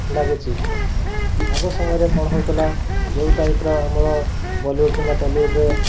ଲାଗୁଛି ଆଗ ସମୟରେ କ'ଣ ହେଉଥିଲା ଯେଉଁ ଟାଇପ୍ର ଆମର ବଲିଉଡ଼୍ କିମ୍ବା ଟଲିଉଡ଼୍ରେ